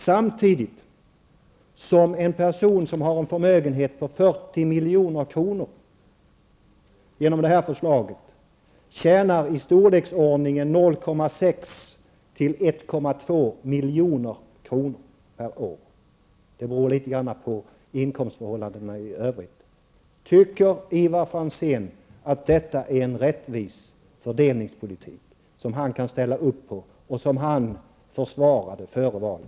Samtidigt tjänar en person som har en förmögenhet på 40 milj.kr. genom det här förslaget 0,6--1,2 milj.kr. per år -- det beror litet på inkomstförhållandena i övrigt. Tycker Ivar Franzén att detta är en rättvis fördelningspolitik, som han kan ställa upp på och som han försvarade före valet?